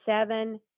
seven